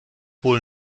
wohl